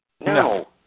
No